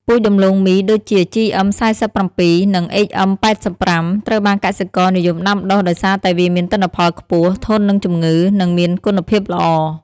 ពូជដំឡូងមីដូចជា GM 47 និង HM 85 ត្រូវបានកសិករនិយមដាំដុះដោយសារតែវាមានទិន្នផលខ្ពស់ ធន់នឹងជំងឺ និងមានគុណភាពល្អ។